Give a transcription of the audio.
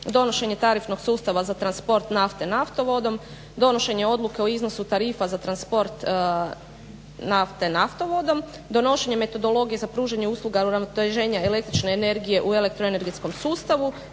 donošenje tarifnog sustava za transport nafte naftovodom, donošenje odluke o iznosu tarifa za transport nafte naftovodom, donošenje metodologije za pružanje usluga uravnoteženja električne energije u elektro energetskom sustavu,